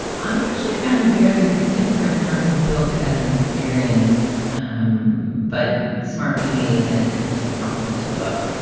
i actually found it very different from the book as an experience, um but smartly made and an interesting complement to the book.